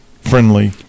friendly